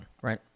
right